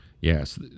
Yes